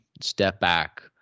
step-back